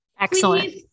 excellent